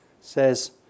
says